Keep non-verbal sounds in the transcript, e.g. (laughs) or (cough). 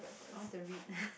I want to read (laughs)